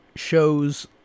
shows